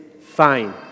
fine